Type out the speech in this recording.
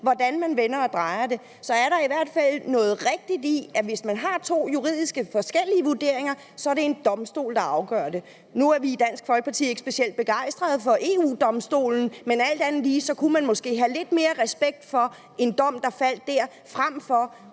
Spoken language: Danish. hvordan man vender og drejer det, er der i hvert fald noget rigtigt i, at hvis man har to juridisk forskellige vurderinger, er det en domstol, der skal afgøre det. Nu er vi i Dansk Folkeparti ikke specielt begejstret for EU-Domstolen, men alt andet lige kunne man måske have lidt mere respekt for en dom, der faldt dér, frem for